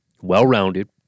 well-rounded